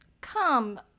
come